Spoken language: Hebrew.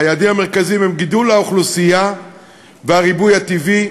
היעדים המרכזיים הם גידול האוכלוסייה והריבוי הטבעי,